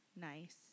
Nice